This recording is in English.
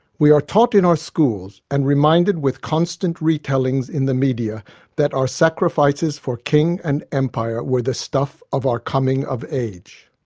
we are taught in our schools and reminded with constant retellings in the media that our sacrifices for king and empire were the stuff of our coming of age.